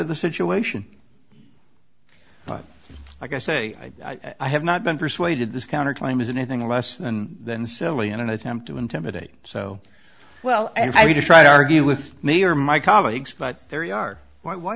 to the situation but like i say i have not been persuaded this counter claim is anything less than than silly in an attempt to intimidate so well and i would try to argue with me or my colleagues but three are why